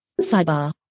Sidebar